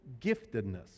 giftedness